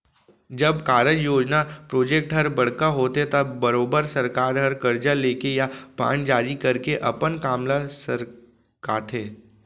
जब कारज, योजना प्रोजेक्ट हर बड़का होथे त बरोबर सरकार हर करजा लेके या बांड जारी करके अपन काम ल सरकाथे